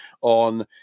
on